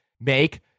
make